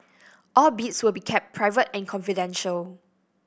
all bids will be kept private and confidential